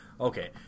Okay